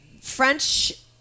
french